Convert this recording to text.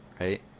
right